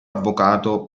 avvocato